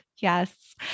Yes